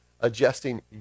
adjusting